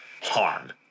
harm